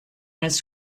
its